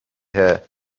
her